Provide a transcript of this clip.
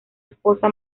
esposa